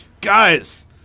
Guys